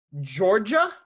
georgia